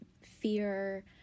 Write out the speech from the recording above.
fear